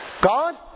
God